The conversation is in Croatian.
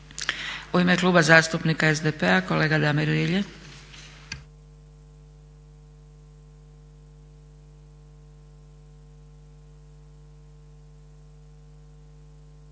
U ime Kluba zastupnika SDP-a kolega Damir Rilje.